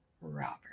Robert